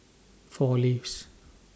four Leaves